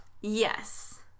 Yes